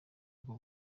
ubwo